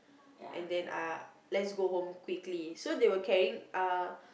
and then ah let's go home quickly so they were carrying ah